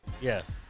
Yes